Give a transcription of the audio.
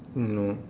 no